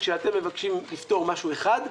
כשאתם מבקשים לפתור משהו אחד,